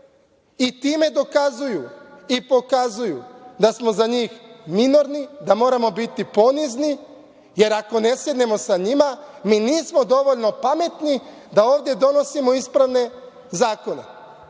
i time dokazuju i pokazuju da smo za njih minorni, da moramo biti ponizni, jer ako ne sednemo sa njima mi nismo dovoljno pametni da ovde donosimo ispravne